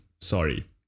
Sorry